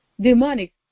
demonic